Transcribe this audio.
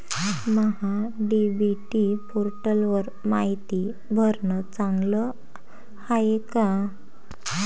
महा DBT पोर्टलवर मायती भरनं चांगलं हाये का?